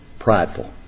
Prideful